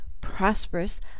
prosperous